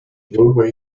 roadway